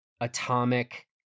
atomic